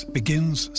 begins